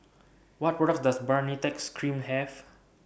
What products Does Baritex Cream Have